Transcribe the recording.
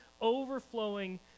overflowing